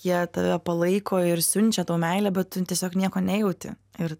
jie tave palaiko ir siunčia tau meilę bet tu tiesiog nieko nejauti ir